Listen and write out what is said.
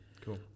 Cool